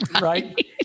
Right